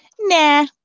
nah